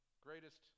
greatest